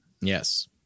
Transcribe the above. Yes